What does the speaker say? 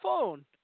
phone